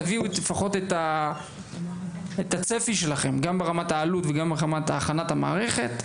תביאו לפחות את הצפי שלכם גם ברמת העלות וגם ברמת הכנת המערכת,